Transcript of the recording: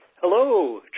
Hello